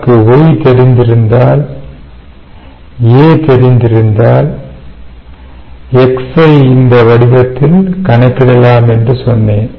நமக்கு Y தெரிந்திருந்தால் A தெரிந்திருந்தால் X ஐ இந்த வடிவத்தில் கணக்கிடலாம் என்று சொன்னேன்